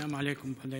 סלאם עליכום, חודייפא.